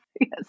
Yes